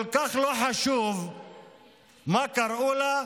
כל כך לא חשוב איך קראו לה,